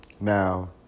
Now